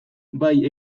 bai